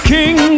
King